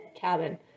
cabin